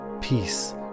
Peace